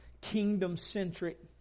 kingdom-centric